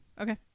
Okay